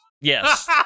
Yes